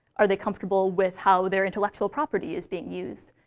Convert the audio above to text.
are they comfortable with how their intellectual property is being used?